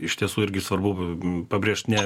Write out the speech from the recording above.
iš tiesų irgi svarbu pabrėžt ne